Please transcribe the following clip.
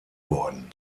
worden